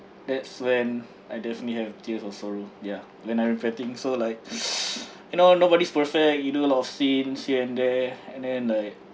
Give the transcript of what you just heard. that's when I definitely have tears of sorrow ya when I repenting so like you know nobody's perfect you do a lot of sins here and there and then like